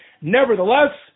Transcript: nevertheless